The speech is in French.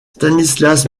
stanislas